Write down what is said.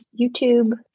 YouTube